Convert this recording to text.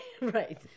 right